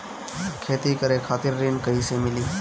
खेती करे खातिर ऋण कइसे मिली?